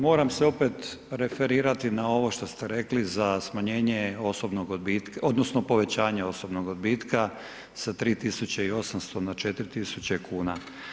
Moram se opet referirati na ovo što ste rekli za smanjenje osobnog odbitka, odnosno povećanje osobnog odbitka s 3800 na 4000 kuna.